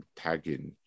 tagging